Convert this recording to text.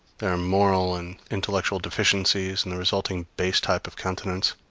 their moral and intellectual deficiencies and the resulting base type of countenance,